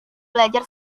belajar